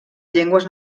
llengües